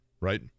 right